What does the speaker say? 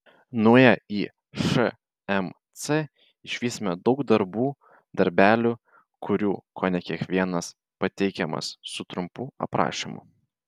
nuėję į šmc išvysime daug darbų darbelių kurių kone kiekvienas pateikiamas su trumpu aprašymu